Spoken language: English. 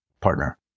partner